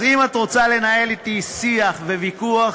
אז אם את רוצה לנהל אתי שיח וויכוח,